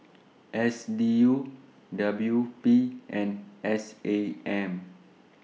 S D U W P and S A M